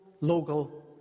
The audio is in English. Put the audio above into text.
local